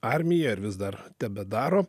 armija ar vis dar tebedaro